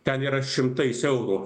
ten yra šimtais eurų